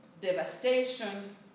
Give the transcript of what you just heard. devastation